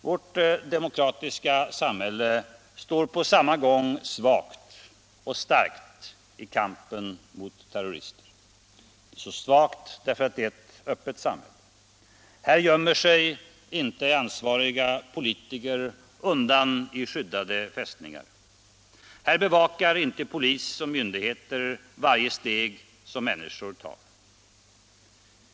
Vårt demokratiska samhälle står på samma gång svagt och starkt i kampen mot terrorister. Svagt därför att det är ett öppet samhälle. Här gömmer sig inte ansvariga politiker undan i skyddade fästningar. Här bevakar inte polis och myndigheter varje steg som människor tar.